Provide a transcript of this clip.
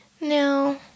No